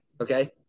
Okay